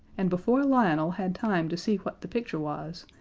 and before lionel had time to see what the picture was,